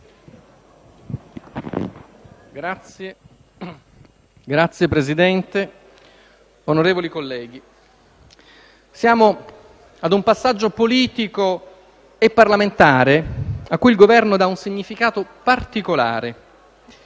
Signor Presidente, onorevoli colleghi, siamo a un passaggio politico e parlamentare a cui il Governo dà un significato particolare.